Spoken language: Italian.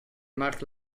marc